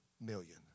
million